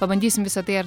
pabandysim visa tai ar